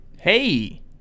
hey